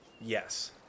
Yes